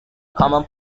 common